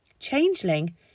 Changeling